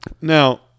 now